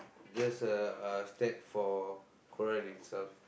just a a step for Quran itself